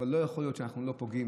אבל לא יכול להיות שאנחנו פוגעים.